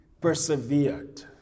persevered